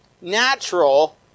natural